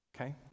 Okay